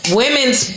women's